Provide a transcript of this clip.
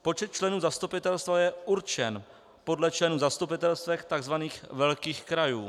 Počet členů zastupitelstva je určen podle členů v zastupitelstvech tzv. velkých krajů.